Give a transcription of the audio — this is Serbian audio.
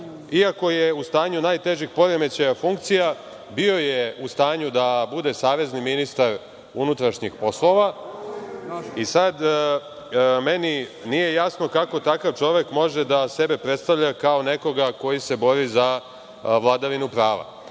ako je u stanju najtežih poremećaja funkcija, bio je u stanju da bude savezni ministar unutrašnjih poslova. Sad meni nije jasno kako takav čovek može da sebe predstavlja kao nekoga koji se bori za vladavinu prava. Slažem